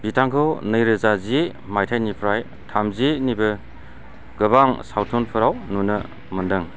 बिथांखौ नैरोजा जि माइथायनिफ्राय थामजिनिबो गोबां सावथुनफोराव नुनो मोनदों